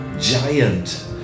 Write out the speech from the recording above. giant